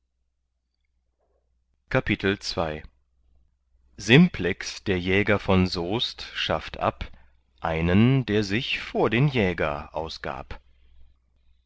simplex der jäger von soest schafft ab einen der sich vor den jäger ausgab